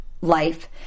life